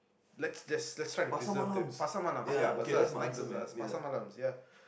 let's just let's try to preserve that Pasar Malams ya bazaars night Bazaars Pasar Malam ya